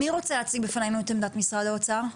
מי רוצה להציג בפנינו את עמדת משרד האוצר?